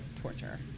torture